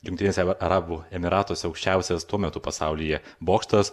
jungtiniuose arabų emyratuose aukščiausias tuo metu pasaulyje bokštas